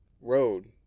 road